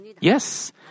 Yes